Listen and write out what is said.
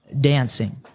dancing